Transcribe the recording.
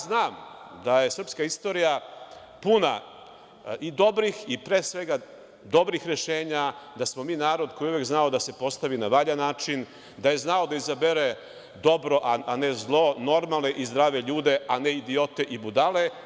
Znam da je srpska istorija puna dobrih rešenja, da smo mi narod koji je znao uvek da se postavi na valjan način, da je znao da izabere dobro, a ne zlo, normalne i zdrave ljude, a ne idiote i budale.